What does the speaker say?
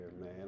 man